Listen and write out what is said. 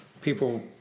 people